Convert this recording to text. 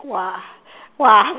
!wah! !wah!